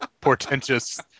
portentous